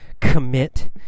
commit